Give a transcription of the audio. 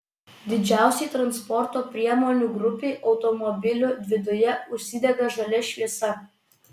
didžiausiai transporto priemonių grupei automobilių viduje užsidega žalia šviesa